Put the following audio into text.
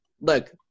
look